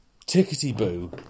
tickety-boo